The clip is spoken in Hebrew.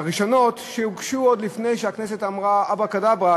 הראשונות הוגשו עוד לפני שהכנסת אמרה "אברקדברה".